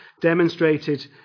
demonstrated